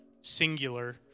singular